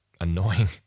annoying